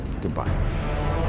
Goodbye